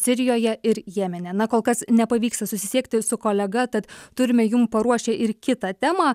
sirijoje ir jemene na kol kas nepavyksta susisiekti su kolega tad turime jum paruošę ir kitą temą